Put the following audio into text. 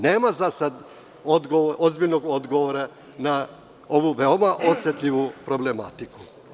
Nema za sada ozbiljnog odgovora na ovu veoma osetljivu problematiku.